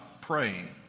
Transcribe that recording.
praying